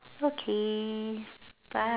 okay bye